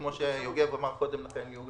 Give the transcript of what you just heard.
כמו שאמר קודם לכן יוגב,